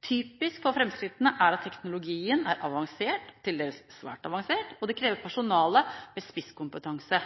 Typisk for framskrittene er at teknologien er avansert – til dels svært avansert – og det krever personale med spisskompetanse.